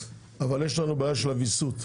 אבל יש לנו בעיה של הוויסות,